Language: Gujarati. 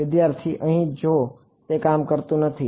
વિદ્યાર્થી અહીં જો તે કામ કરતું નથી